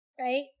right